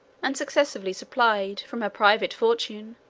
and successively supplied, from her private fortune,